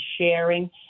sharing